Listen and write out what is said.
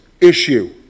issue